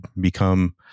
become